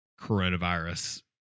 coronavirus